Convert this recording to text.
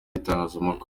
n’itangazamakuru